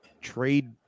trade